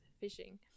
fishing